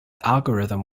algorithm